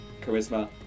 charisma